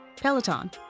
Peloton